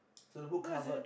so who covered